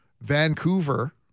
Vancouver